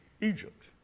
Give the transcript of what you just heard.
Egypt